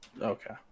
Okay